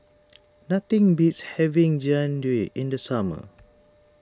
nothing beats having Jian Dui in the summer